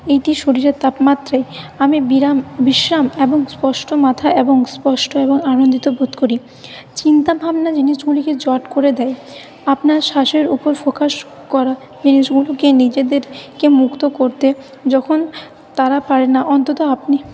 এইটি শরীরের তাপমাত্রায় আমি বিরাম বিশ্রাম এবং স্পষ্ট মাথা এবং স্পষ্ট এবং আনন্দিত বোধ করি চিন্তাভাবনা জিনিসগুলিকে জট করে দেয় আপনার শ্বাসের ওপর ফোকাস করা জিনিসগুলোকে নিজেদেরকে মুক্ত করতে যখন তারা পারে না অন্তত আপনি